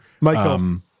Michael